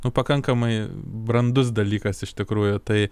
nu pakankamai brandus dalykas iš tikrųjų tai